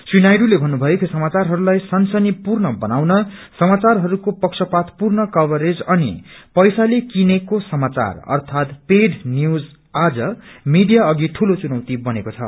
श्री नायडूले भन्नुभयो कि समाचारहरूलाई सनसनीपूर्ण बनाउन समाचारहरूको पक्षपातपूर्ण कवरेज अनि पैसाले किनिएको समाचार आर्थात पेड न्यूज आज मीडिया अघि दूलो चुनौती बरेको छ